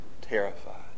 terrified